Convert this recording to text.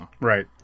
Right